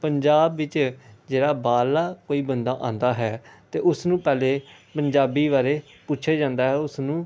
ਪੰਜਾਬ ਵਿੱਚ ਜਿਹੜਾ ਬਾਹਰਲਾ ਕੋਈ ਬੰਦਾ ਆਉਂਦਾ ਹੈ ਅਤੇ ਉਸਨੂੰ ਪਹਿਲਾਂ ਪੰਜਾਬੀ ਬਾਰੇ ਪੁੱਛਿਆ ਜਾਂਦਾ ਉਸ ਨੂੰ